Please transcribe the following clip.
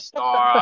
Star